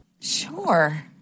Sure